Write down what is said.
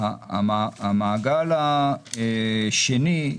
המעגל השני,